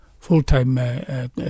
full-time